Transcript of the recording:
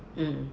mm